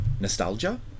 nostalgia